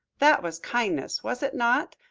that was kindness, was it not,